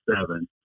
seven